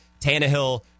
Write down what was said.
Tannehill